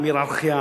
עם הייררכיה